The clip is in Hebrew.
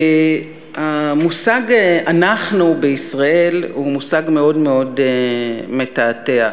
המושג "אנחנו" בישראל הוא מושג מאוד מאוד מתעתע.